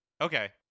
Okay